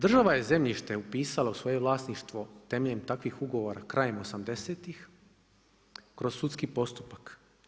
Država je zemljište upisala u svoje vlasništvo temeljem takvih ugovora krajem osamdesetih kroz sudski postupak.